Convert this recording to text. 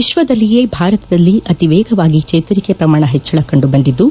ವಿಶ್ವದಲ್ಲಿಯೇ ಭಾರತದಲ್ಲಿ ಅತಿ ವೇಗವಾಗಿ ಚೇತರಿಕೆ ಪ್ರಮಾಣ ಹೆಚ್ವಳ ಕಂಡು ಬಂದಿದ್ದು